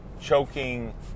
choking